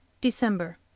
December